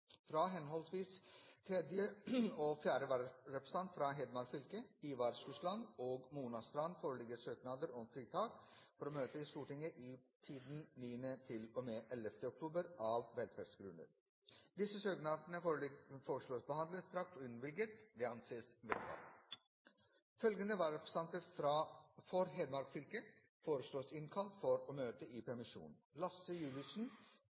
Fra henholdsvis tredje og fjerde vararepresentant for Hedmark fylke, Ivar Skulstad og Mona Strand, foreligger søknader om fritak for å møte i Stortinget i tiden 9.–11. oktober, av velferdsgrunner. Etter forslag fra presidenten ble enstemmig besluttet: Søknadene behandles straks og innvilges. Følgende vararepresentanter for Hedmark fylke innkalles for å møte i permisjonstiden slik: Lasse Juliussen